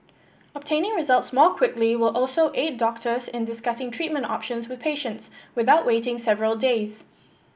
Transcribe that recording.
obtaining results more quickly will also aid doctors in discussing treatment options with patients without waiting several days